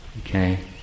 okay